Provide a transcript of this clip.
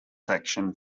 section